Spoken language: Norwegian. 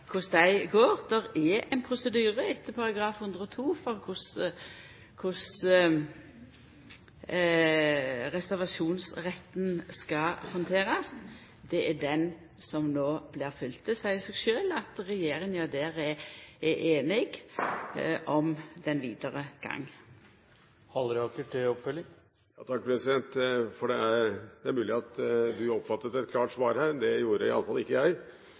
går. Det er ein prosedyre etter artikkel 102 for korleis reservasjonsretten skal handterast. Det er den som no blir følgt. Det seier seg sjølv at regjeringa her er einig om den vidare gangen. President, det er mulig at du oppfattet et klart svar her – det gjorde i hvert fall